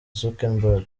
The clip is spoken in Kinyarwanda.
zuckerberg